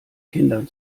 kindern